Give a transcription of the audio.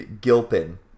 Gilpin